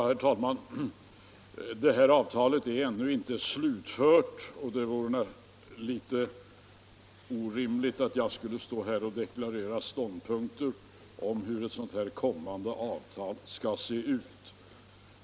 Herr talman! Detta avtal är ännu inte klart, och det är därför inte rimligt att jag nu deklarerar ståndpunkter om hur ett kommande avtal skall se ut.